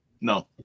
No